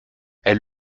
elle